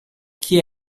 chi